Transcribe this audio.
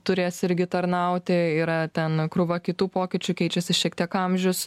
turės irgi tarnauti yra ten krūva kitų pokyčių keičiasi šiek tiek amžius